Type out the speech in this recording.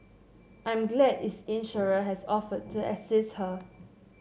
I'm glad its insurer has offered to assist her